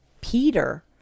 peter